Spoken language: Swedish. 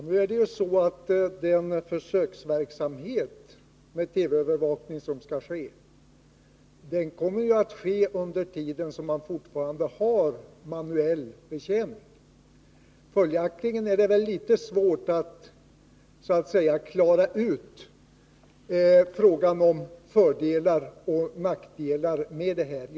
Herr talman! Försöksverksamheten med TV-övervakning med en kamera kommer ju att genomföras medan man fortfarande har kvar manuell betjäning. Följaktligen blir det litet svårt att riktigt klara ut fördelarna och nackdelarna med en fjärrmanövrering.